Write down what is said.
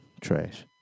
trash